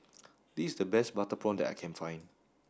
this the best butter prawn that I can find